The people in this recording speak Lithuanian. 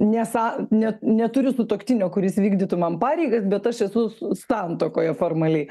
nesą ne ne neturiu sutuoktinio kuris vykdytų man pareigas bet aš esu s santuokoje formaliai